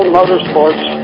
Motorsports